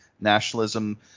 nationalism